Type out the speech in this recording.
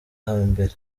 hambere